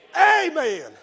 Amen